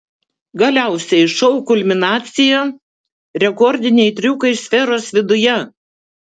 galiausiai šou kulminacija rekordiniai triukai sferos viduje